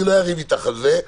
אני לא אריב איתך על זה,